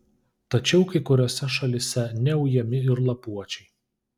tačiau kai kuriose šalyse neujami ir lapuočiai